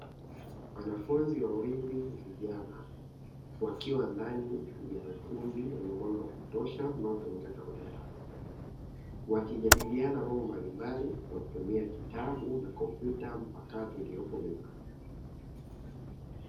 Wanafunzi wawili vijana wakiwa ndani ya ukumbi wenye mwanga wa kutosha unaotumika kama darasa. Wakijadiliana mambo mbalimbali kwa kutumia kitabu na kompyuta mpakato iliyopo mezani.